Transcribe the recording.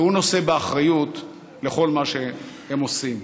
והוא נושא באחריות לכל מה שהם עושים.